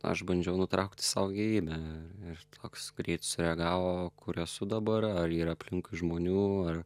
aš bandžiau nutraukti savo gyvybę ir toks greit sureagavo kur esu dabar ar yra aplink žmonių ar